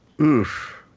Oof